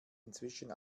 inzwischen